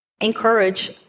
encourage